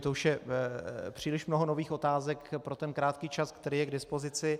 To už je příliš mnoho nových otázek pro ten krátký čas, který je k dispozici.